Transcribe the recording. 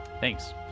Thanks